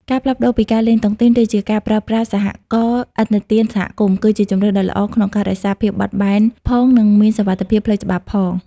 ការផ្លាស់ប្តូរពីការលេងតុងទីន ទៅជាការប្រើប្រាស់ "សហករណ៍ឥណទានសហគមន៍" គឺជាជម្រើសដ៏ល្អក្នុងការរក្សាភាពបត់បែនផង និងមានសុវត្ថិភាពផ្លូវច្បាប់ផង។